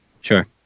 Sure